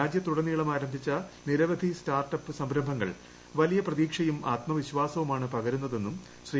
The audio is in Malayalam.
രാജ്യത്തുടനീളം ആരംഭിച്ച നിരവധി സ്റ്റാർട്ട് അപ്പ് സംരംഭങ്ങൾ വലിയ പ്രതീക്ഷയും ആത്മവിശ്വാസവുമാണ് പകരുന്നതെന്നും ശ്രീ